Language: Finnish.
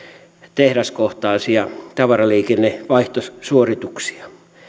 tehdaskohtaisia tavaraliikennevaihtosuorituksia